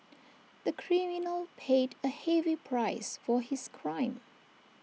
the criminal paid A heavy price for his crime